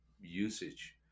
usage